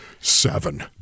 seven